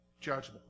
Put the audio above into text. judgment